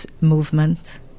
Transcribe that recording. movement